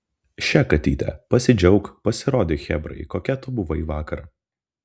še katyte pasidžiauk pasirodyk chebrai kokia tu buvai vakar